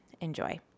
Enjoy